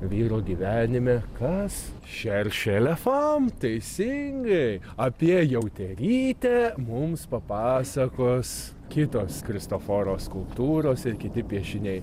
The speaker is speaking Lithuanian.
vyro gyvenime kas šeršelė fam teisingai apie jauterytę mums papasakos kitos kristoforo skulptūros ir kiti piešiniai